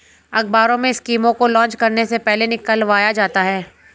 अखबारों में स्कीमों को लान्च करने से पहले निकलवाया जाता है